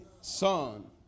son